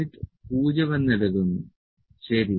L 0 എന്ന് എടുക്കുന്നു ശരി